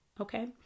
Okay